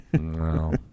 No